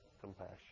compassion